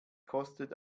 kostet